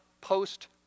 post-